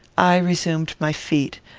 i resumed my feet.